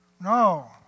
No